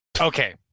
Okay